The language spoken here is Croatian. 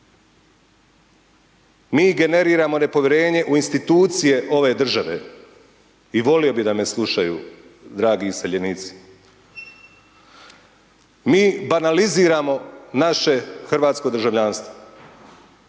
mi generiramo nepovjerenje u institucije ove države i volio bi da me slušaju dragi iseljenici. Mi banaliziramo naše hrvatsko državljanstvo,